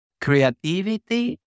creativity